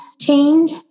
change